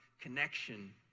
connection